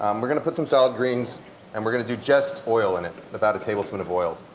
um we're going to put some salad greens and we're going to do just oil in it, about a tablespoon of oil.